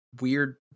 weird